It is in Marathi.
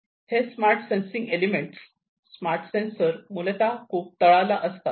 हे smart sensing element smart sensor मूलतः खूप तळाला असतात